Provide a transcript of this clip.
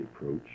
approach